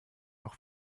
auch